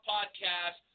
Podcast